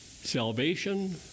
Salvation